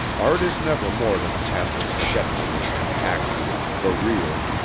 art is never more than a passing forgetfulness of the actual, the real.